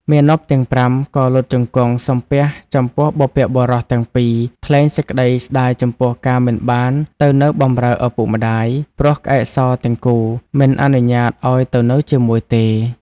មាណពទាំង ៥ ក៏ លុតជង្គង់សំពះចំពោះបុព្វបុរសទាំងពីរ ថ្លែងសេចក្តីស្តាយចំពោះការមិនបានទៅនៅបម្រើឪពុកម្តាយ ព្រោះក្អែកសទាំងគូ មិនអនុញ្ញាតឲ្យទៅនៅជាមួយទេ ។